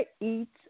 eats